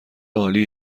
عالی